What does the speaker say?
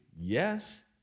Yes